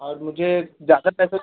और मुझे ज़्यादा पैसे